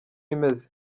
imeze